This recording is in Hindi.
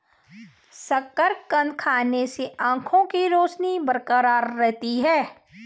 शकरकंद खाने से आंखों के रोशनी बरकरार रहती है